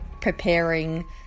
preparing